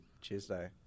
Tuesday